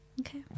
Okay